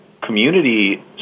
community